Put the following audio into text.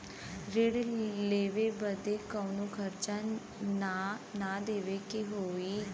ऋण लेवे बदे कउनो खर्चा ना न देवे के होई?